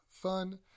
fun